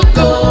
go